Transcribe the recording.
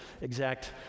exact